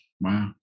Wow